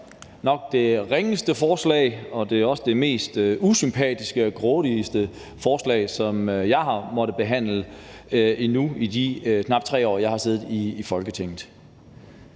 her er nok det ringeste forslag, og det er også det mest usympatiske og grådigste forslag, som jeg har måttet behandle i de knap 3 år, jeg har siddet i Folketinget.